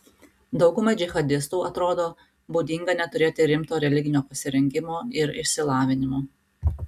daugumai džihadistų atrodo būdinga neturėti rimto religinio pasirengimo ir išsilavinimo